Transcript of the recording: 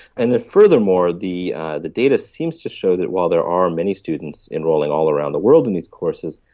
and then furthermore the the data seems to show that while there are many students enrolling all around the world in these courses,